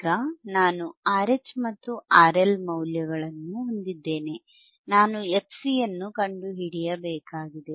ಈಗ ನಾನು RH ಮತ್ತು RL ಮೌಲ್ಯಗಳನ್ನು ಹೊಂದಿದ್ದೇನೆ ನಾನು fCಯನ್ನು ಕಂಡುಹಿಡಿಯಬೇಕಾಗಿದೆ